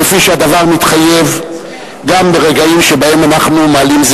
כפי שהדבר מתחייב גם ברגעים שבהם אנחנו מעלים את